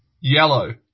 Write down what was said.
Yellow